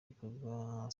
igikorwa